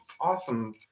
awesome